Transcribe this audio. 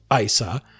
ISA